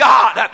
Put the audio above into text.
God